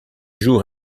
jour